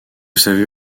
savez